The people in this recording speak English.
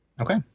Okay